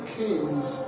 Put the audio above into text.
kings